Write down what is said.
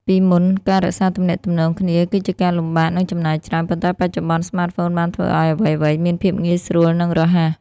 ពីមុន ការរក្សាទំនាក់ទំនងគ្នាគឺជាការលំបាក និងចំណាយច្រើន ប៉ុន្តែបច្ចុប្បន្ន ស្មាតហ្វូនបានធ្វើឲ្យអ្វីៗមានភាពងាយស្រួល និងរហ័ស។